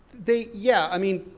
they, yeah, i mean,